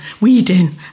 weeding